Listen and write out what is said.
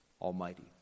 Almighty